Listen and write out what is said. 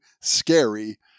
scary